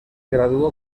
graduó